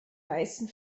meisten